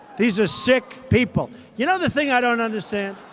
these are sick people. you know the thing i don't understand?